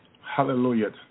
Hallelujah